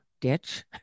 ditch